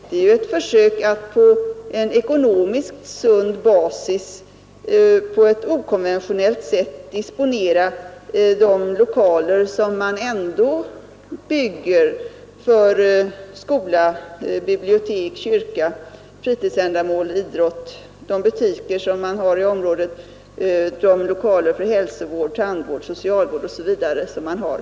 Det innebär ett försök att på en ekonomiskt sund basis på ett okonventionellt sätt disponera de lokaler som man ändå bygger för skola, bibliotek, kyrka, fritidsändamål, idrott, de butiker som finns i området, de lokaler för hälsovård, tandvård, socialvård osv. som man har.